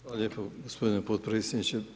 Hvala lijepo gospodine potpredsjedniče.